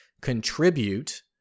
contribute